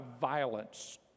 violence